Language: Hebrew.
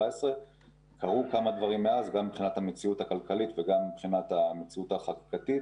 קרו כמה דברים גם במציאות הכלכלית וגם במציאות של החקיקה,